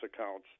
accounts